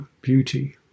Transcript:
beauty